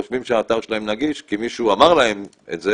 חושבים שהאתר שלהם נגיש כי מישהו אמר להם את זה